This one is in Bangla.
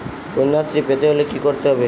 কন্যাশ্রী পেতে হলে কি করতে হবে?